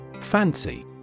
Fancy